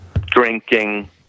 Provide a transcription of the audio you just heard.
drinking